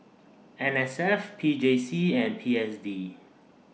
N S F P J C and P S D